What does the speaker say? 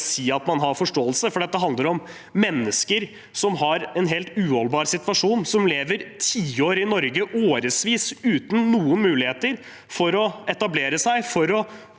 bare si at man har forståelse for det. Dette handler om mennesker som er i en helt uholdbar situasjon, som lever årevis i Norge uten noen muligheter for å etablere seg,